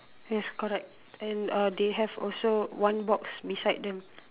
yes correct and uh they have also one box beside them